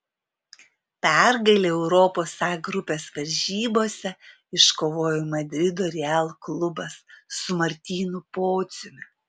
pergalę eurolygos a grupės varžybose iškovojo madrido real klubas su martynu pociumi